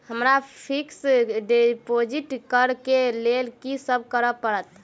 हमरा fix deposit करऽ केँ लेल की सब करऽ पड़त?